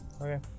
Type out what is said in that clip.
okay